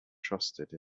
trusted